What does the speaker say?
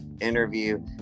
interview